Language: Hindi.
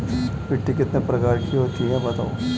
मिट्टी कितने प्रकार की होती हैं बताओ?